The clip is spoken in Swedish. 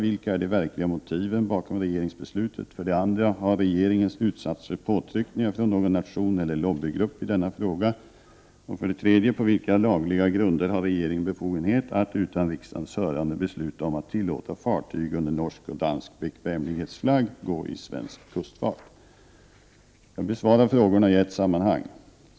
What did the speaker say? Vilka är de verkliga motiven bakom regeringsbeslutet? 2. Har regeringen utsatts för påtryckningar från någon nation eller lobbygrupp i denna fråga? Jag besvarar frågorna i ett sammanhang.